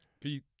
Pete